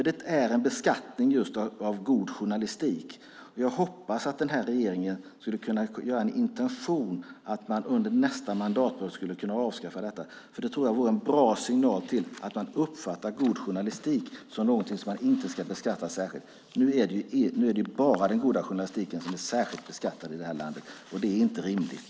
Det är en beskattning just av god journalistik. Jag hoppas att denna regering har en intention att avskaffa detta under nästa mandatperiod. Det vore en bra signal om att man uppfattar god journalistik som någonting som man inte ska beskatta särskilt. Nu är det bara den goda journalistiken som är särskilt beskattad i detta land, och det är inte rimligt.